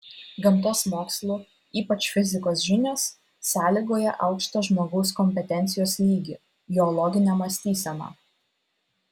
gamtos mokslų ypač fizikos žinios sąlygoja aukštą žmogaus kompetencijos lygį jo loginę mąstyseną